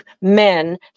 men